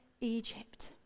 Egypt